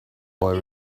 boy